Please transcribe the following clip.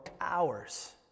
hours